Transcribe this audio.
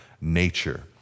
nature